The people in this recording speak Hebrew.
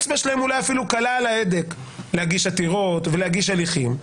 האצבע שלהם קלה על ההדק בהגשת עתירות והליכים,